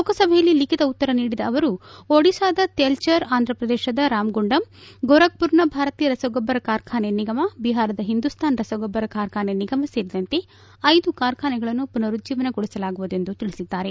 ಲೋಕಸಭೆಯಲ್ಲಿ ಲಿಖಿತ ಉತ್ತರ ನೀಡಿದ ಅವರು ಒಡಿಶಾದ ತೆಲ್ಲರ್ ಆಂಧ್ರಪ್ರದೇಶದ ರಾಮಗುಂಡಂ ಗೋರಕ್ಮರನ ಭಾರತೀಯ ರಸಗೊಬ್ಲರ ಕಾರ್ಖಾನೆ ನಿಗಮ ಬಿಹಾರದ ಹಿಂದುಸ್ತಾನ್ ರಸಗೊಬ್ಲರ ಕಾರ್ಖಾನೆ ನಿಗಮ ಸೇರಿದಂತೆ ಐದು ಕಾರ್ಖಾನೆಗಳನ್ನು ಮನರುಜೀವನಗೊಳಿಸಲಾಗುವುದು ಎಂದು ತಿಳಿಸಿದ್ದಾರೆ